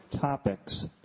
topics